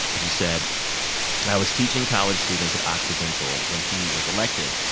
you said i was teaching college students at occidental when he was elected.